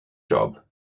job